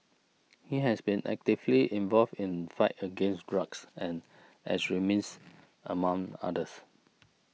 he has been actively involved in fight against drugs and extremism among others